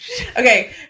Okay